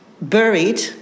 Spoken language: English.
buried